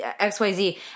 xyz